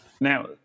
Now